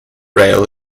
rail